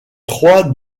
trois